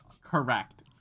Correct